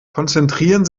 konzentrieren